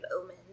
omen